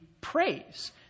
praise